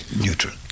neutral